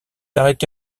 arrêté